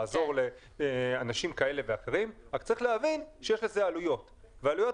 לעזור לאנשים כאלה אחרים אבל צריך להבין שיש לזה עלויות והעלויות